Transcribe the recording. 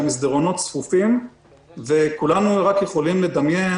שהמסדרונות צפופים וכולנו רק יכולים לדמיין